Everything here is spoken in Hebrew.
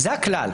זה הכלל.